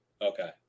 Okay